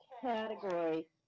category